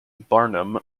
barnum